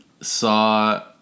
saw